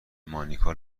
مانیکا